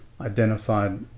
identified